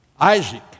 Isaac